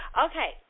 okay